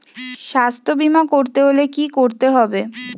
স্বাস্থ্যবীমা করতে হলে কি করতে হবে?